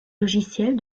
logiciels